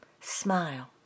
Smile